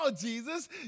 Jesus